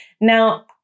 Now